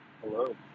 Hello